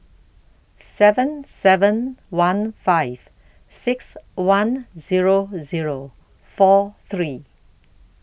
seven seven one five six one Zero Zero four three